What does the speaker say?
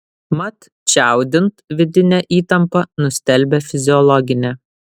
mat čiaudint vidinę įtampą nustelbia fiziologinė